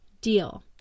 deal